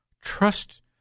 Trust